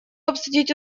обсудить